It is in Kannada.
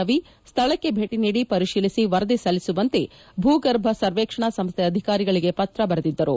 ರವಿ ಅವರು ಸ್ಥಳಕ್ಕೆ ಭೇಟಿ ನೀದಿ ಪರಿಶೀಲಿಸಿ ವರದಿ ಸಲ್ಲಿಸುವಂತೆ ಭೂಗರ್ಭ ಸರ್ವೇಕ್ಷಣಾ ಸಂಸ್ಥೆ ಅಧಿಕಾರಿಗಳಿಗೆ ಪತ್ರ ಬರೆದಿದ್ದರು